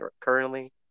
currently